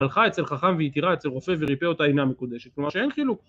הלכה אצל חכם והתירה, אצל רופא וריפא אותה אינה מקודשת כלומר שאין חילוק.